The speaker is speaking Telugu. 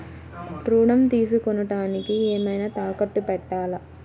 ఋణం తీసుకొనుటానికి ఏమైనా తాకట్టు పెట్టాలా?